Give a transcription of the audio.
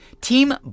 Team